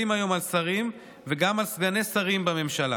היום על שרים וגם על סגני שרים בממשלה.